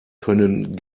können